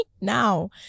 now